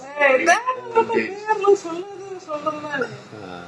ஏய் தேவ இல்லாம பேரு எல்லாம் சொல்லாத சொல்றேன்ல:yei theva illama pera ella sollathanu solrenla